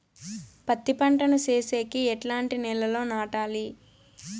పత్తి పంట ను సేసేకి ఎట్లాంటి నేలలో నాటాలి?